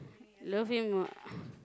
love him ah